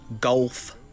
golf